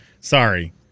Sorry